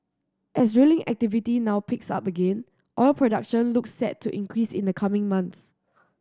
as drilling activity now picks up again oil production looks set to increase in the coming months